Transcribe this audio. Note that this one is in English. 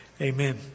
amen